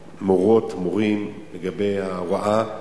מורות, מורים, לגבי ההוראה,